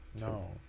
No